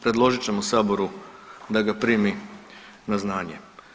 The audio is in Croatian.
Predložit ćemo saboru da ga primi na znanje.